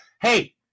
hey